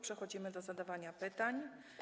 Przechodzimy do zadawania pytań.